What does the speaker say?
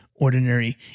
ordinary